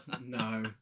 No